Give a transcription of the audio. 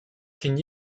can